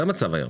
זה המצב היום.